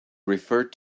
referred